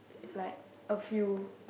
like a few